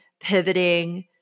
pivoting